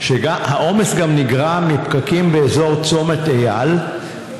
שהעומס גם נגרם מפקקים באזור צומת אייל,